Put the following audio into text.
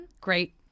great